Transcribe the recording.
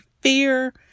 fear